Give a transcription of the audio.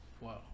wow